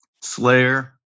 slayer